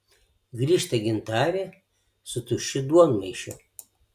grįžta gintarė su tuščiu duonmaišiu